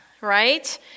right